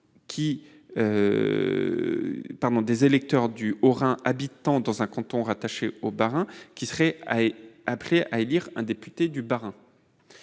des électeurs du Haut-Rhin habitant dans un canton rattaché au Bas-Rhin seraient appelés à élire un député du Bas-Rhin.